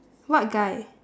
what guy